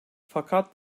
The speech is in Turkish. fakat